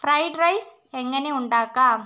fried rice എങ്ങനെ ഉണ്ടാക്കാം